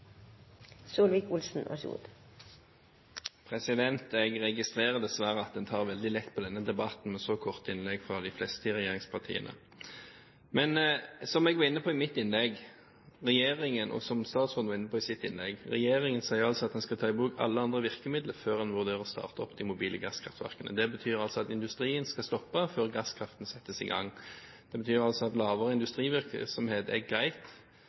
debatten, med så korte innlegg fra de fleste i regjeringspartiene. Som jeg var inne på i mitt innlegg, og som statsråden var inne på i sitt innlegg, sier regjeringen at en skal ta i bruk alle andre virkemidler før en vurderer å starte opp de mobile gasskraftverkene. Det betyr at industrien skal stoppe før gasskraften settes i gang. Det betyr altså at lavere industrivirksomhet er greit